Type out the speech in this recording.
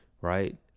right